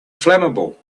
flammable